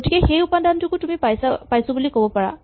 গতিকে সেই উপাদানটোকো তুমি পাইছো বুলি ক'ব পাৰা